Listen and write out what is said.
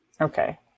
okay